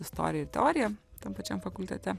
istorija ir teorija tam pačiam fakultete